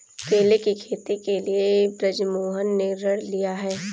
केले की खेती के लिए बृजमोहन ने ऋण लिया है